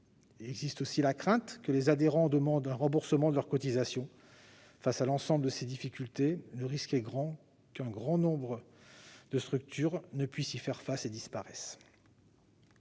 existe aussi que les adhérents demandent un remboursement de leur cotisation. Au vu de l'ensemble de ces difficultés, le risque n'est pas nul qu'un grand nombre de ces structures ne puissent y faire face et disparaissent.